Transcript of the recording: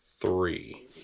three